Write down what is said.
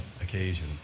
occasion